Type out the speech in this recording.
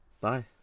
Bye